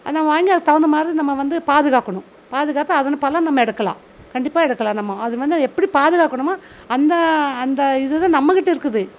அதை நம்ம வாங்கி அதுக்கு தகுந்த மாதிரி நம்ம வந்து பாதுகாக்கணும் பாதுகாத்து அதன் பலன் நம்ம எடுக்கலாம் கண்டிப்பாக எடுக்கலாம் நம்ம அது வந்து எப்படி பாதுகாக்கணுமோ அந்த அந்த இதுதான் நம்மகிட்டே இருக்குது